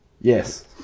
Yes